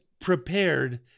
prepared